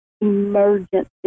emergency